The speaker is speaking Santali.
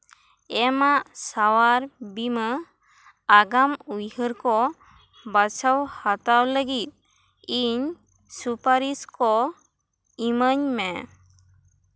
ᱮᱢᱟᱜ ᱥᱟᱶᱟᱜ ᱵᱤᱢᱟᱹ ᱟᱜᱟᱢ ᱩᱭᱦᱟᱹᱨ ᱠᱚ ᱵᱟᱪᱷᱟᱣ ᱦᱟᱛᱟᱣ ᱞᱟᱹᱜᱤᱫ ᱤᱧ ᱥᱩᱯᱟᱨᱤᱥ ᱠᱚ ᱤᱢᱟᱹᱧ ᱢᱮ